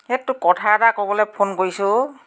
এই তোক কথা এটা ক'বলৈ ফোন কৰিছোঁ অ'